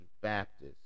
Baptists